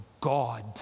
God